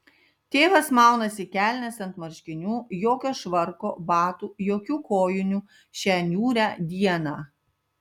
tėvas maunasi kelnes ant marškinių jokio švarko batų jokių kojinių šią niūrią dieną